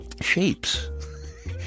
shapes